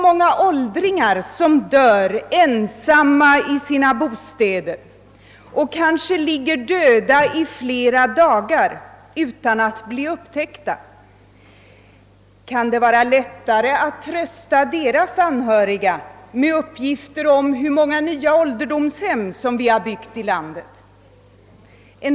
Många åldringar dör ensamma i sina bostäder och ligger kanske döda i flera dagar utan att bli upptäckta. Kan det vara lätt att trösta deras anhöriga med uppgifter om hur många nya ålderdomshem vi har byggt i landet?